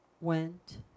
went